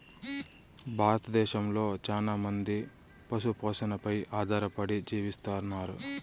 భారతదేశంలో చానా మంది పశు పోషణపై ఆధారపడి జీవిస్తన్నారు